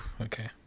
Okay